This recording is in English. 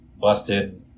busted